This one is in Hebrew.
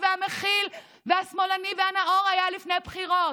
והמכיל והשמאלני והנאור היה לפני הבחירות?